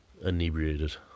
inebriated